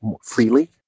freely